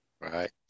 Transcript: Right